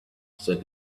said